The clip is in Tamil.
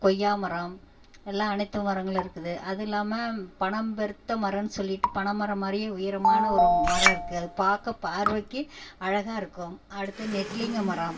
கொய்யாமரம் எல்லாம் அனைத்து மரங்களும் இருக்குது அது இல்லாமல் பணம் பெருத்த மரம்ன்னு சொல்லிட்டு பனைமரம் மாதிரியே உயரமான ஒரு மரம் இருக்குது அது பார்க்க பார்வைக்கு அழகாக இருக்கும் அடுத்து நெட்லிங்கம்மரம்